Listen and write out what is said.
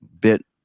bit